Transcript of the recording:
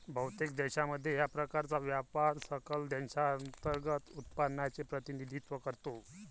बहुतेक देशांमध्ये, या प्रकारचा व्यापार सकल देशांतर्गत उत्पादनाचे प्रतिनिधित्व करतो